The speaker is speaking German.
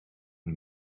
von